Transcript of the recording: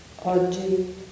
Oggi